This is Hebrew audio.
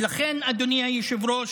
ולכן, אדוני היושב-ראש,